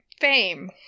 fame